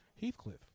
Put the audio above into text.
Heathcliff